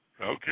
Okay